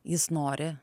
jis nori